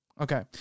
Okay